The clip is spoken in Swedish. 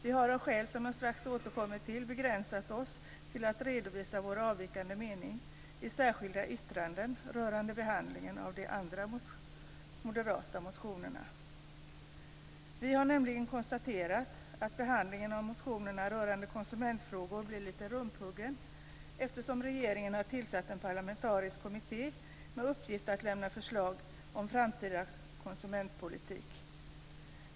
Vi har av skäl som jag strax återkommer till begränsat oss till att redovisa vår avvikande mening i särskilda yttranden rörande behandlingen av de andra moderata motionerna. Vi har nämligen konstaterat att behandlingen av motionerna rörande konsumentfrågor blir lite rumphuggen, eftersom regeringen har tillsatt en parlamentarisk kommitté med uppgift att lämna förslag om framtida konsumentpolitik.